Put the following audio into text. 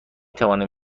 توانم